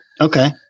Okay